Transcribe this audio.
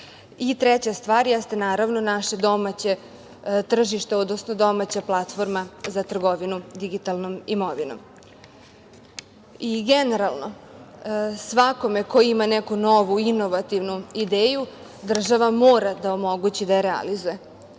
jeste, naravno, naše domaće tržište, odnosno domaća platforma za trgovinu digitalnom imovinom. Generalno, svakome ko ima neku novu, inovativnu ideju, država mora da je omogući da je realizuje,